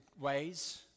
ways